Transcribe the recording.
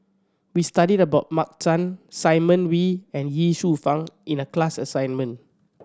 we studied about Mark Chan Simon Wee and Ye Shufang in the class assignment